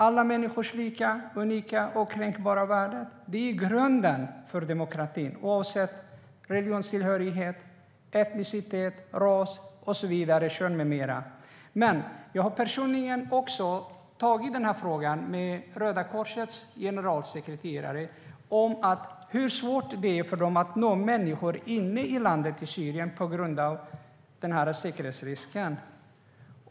Alla människors lika, unika och okränkbara värden är grunden för demokratin, oavsett religionstillhörighet, etnicitet, ras, kön och så vidare. Jag har tagit upp frågan med Röda Korsets generalsekreterare om hur svårt det är för dem att nå människor inne i Syrien på grund av säkerhetsrisken.